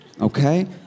Okay